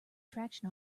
traction